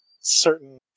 certain